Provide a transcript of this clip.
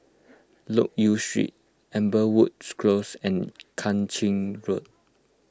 Loke Yew Street Amberwoods Close and Kang Ching Road